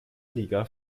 liga